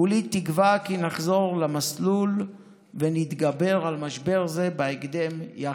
כולי תקווה כי נחזור למסלול ונתגבר על משבר זה בהקדם יחד.